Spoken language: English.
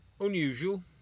Unusual